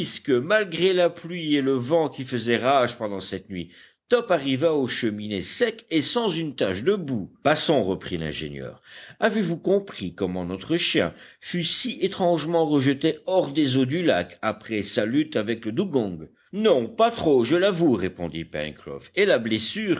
malgré la pluie et le vent qui faisaient rage pendant cette nuit top arriva aux cheminées sec et sans une tache de boue passons reprit l'ingénieur avez-vous compris comment notre chien fut si étrangement rejeté hors des eaux du lac après sa lutte avec le dugong non pas trop je l'avoue répondit pencroff et la blessure